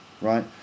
right